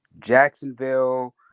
Jacksonville